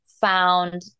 found